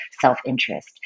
self-interest